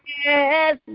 yes